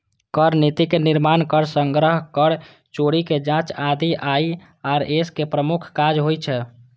कर नीतिक निर्माण, कर संग्रह, कर चोरीक जांच आदि आई.आर.एस के प्रमुख काज होइ छै